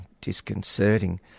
disconcerting